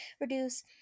reduce